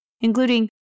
including